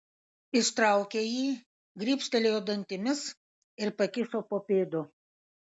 ištraukė jį gribštelėjo dantimis ir pakišo po pėdu